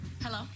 Hello